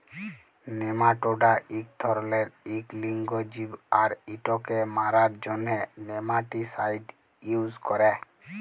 nematoda ইক ধরলের ইক লিঙ্গ জীব আর ইটকে মারার জ্যনহে নেমাটিসাইড ইউজ ক্যরে